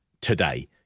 today